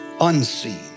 unseen